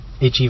HEV